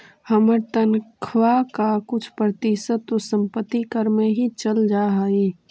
हमर तनख्वा का कुछ प्रतिशत तो संपत्ति कर में ही चल जा हई